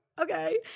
okay